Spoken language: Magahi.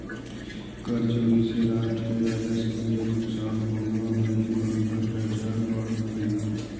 कर चोरी से राष्ट्र के राजस्व के नुकसान होवऽ हई औ भ्रष्टाचार बढ़ऽ हई